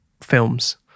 films